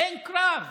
אין קרב.